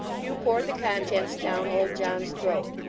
hugh poured the contents down old john's throat.